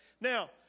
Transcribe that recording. now